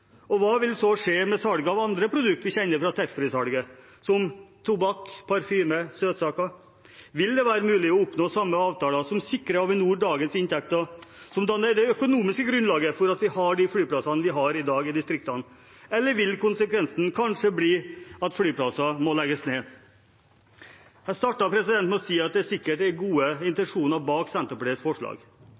Og hva vil skje med salget av alle andre produkter vi kjenner fra taxfree-salget, som tobakk, parfyme og søtsaker? Vil det være mulig å oppnå samme avtaler som sikrer Avinor dagens inntekter – som danner det økonomiske grunnlaget for at vi har de flyplassene vi i dag har i distriktene – eller vil konsekvensene kanskje bli at flyplasser må legges ned? Jeg startet med å si at det sikkert er gode intensjoner bak Senterpartiets forslag.